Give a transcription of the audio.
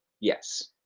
Yes